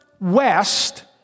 west